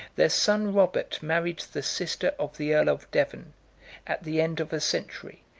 their son robert married the sister of the earl of devon at the end of a century,